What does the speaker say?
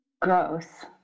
gross